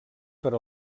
per